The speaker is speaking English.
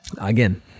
again